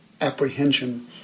apprehension